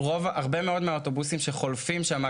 הרבה מאוד מהאוטובוסים שחולפים שם,